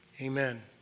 Amen